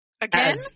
Again